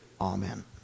Amen